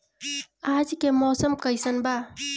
आज के मौसम कइसन बा?